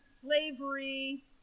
slavery